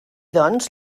doncs